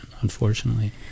unfortunately